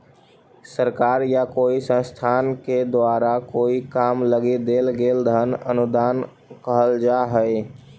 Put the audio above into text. सरकार या कोई संस्थान के द्वारा कोई काम लगी देल गेल धन अनुदान कहल जा हई